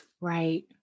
Right